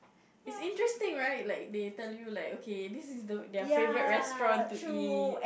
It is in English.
it's interesting right like they tell you like okay this is the their favourite restaurant to eat